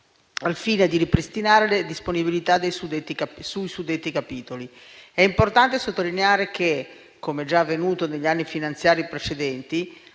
al fine di ripristinare le disponibilità sui suddetti capitoli. È importante sottolineare che - come già avvenuto negli anni finanziari precedenti